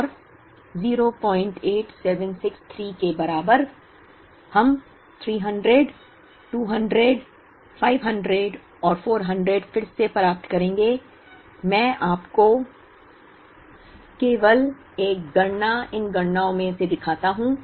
और 08763 के बराबर हम 300 200 500 और 400 फिर से प्राप्त करेंगे मैं आपको केवल एक गणना इन गणनाओं में से दिखाता हूं